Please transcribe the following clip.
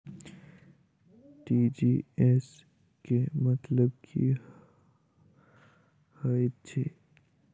TGS केँ मतलब की हएत छै?